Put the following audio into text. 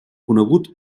conegut